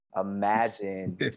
imagine